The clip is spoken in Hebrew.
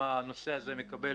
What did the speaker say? שהנושא הזה מקבל